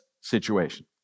situation